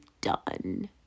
done